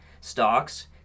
stocks